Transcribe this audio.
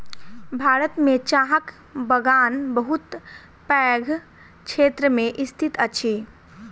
भारत में चाहक बगान बहुत पैघ क्षेत्र में स्थित अछि